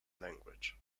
language